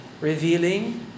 revealing